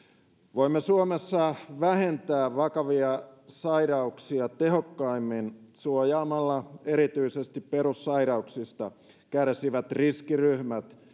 voimme suomessa vähentää vakavia sairauksia tehokkaimmin suojaamalla erityisesti perussairauksista kärsivät riskiryhmät